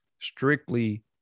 strictly